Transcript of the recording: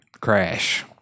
crash